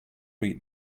read